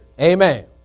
Amen